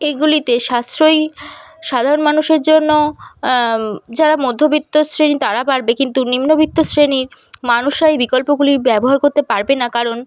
এগুলিতে সাশ্রয়ী সাধারণ মানুষের জন্য যারা মধ্যবিত্ত শ্রেণি তারা পারবে কিন্তু নিম্নবিত্ত শ্রেণির মানুষরা এই বিকল্পগুলি ব্যবহার করতে পারবে না কারণ